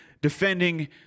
defending